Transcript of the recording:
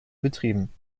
betrieben